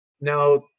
Now